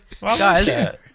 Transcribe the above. Guys